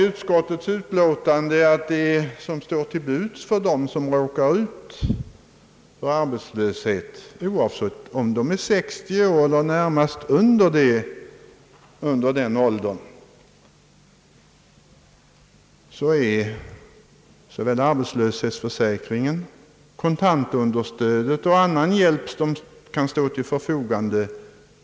Utskottet säger att den som råkar ut för arbetslöshet, oavsett om han är 60 år eller närmast under den åldern, får en otillräcklig försörjning via arbetslöshetsförsäkringen, <kontantunderstödet och annan hjälp som kan stå till förfogande.